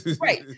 Right